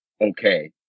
okay